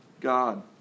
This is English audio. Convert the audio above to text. God